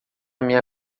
minha